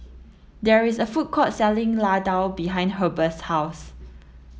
there is a food court selling Ladoo behind Heber's house